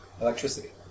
Electricity